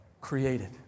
created